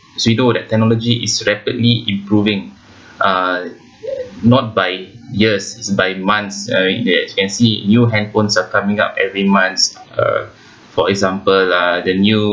as we know that technology is rapidly improving uh not by years is by months uh as you can see new handphones are coming out every months uh for example lah the new